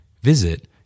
Visit